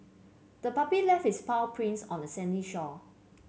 the puppy left its paw prints on the sandy shore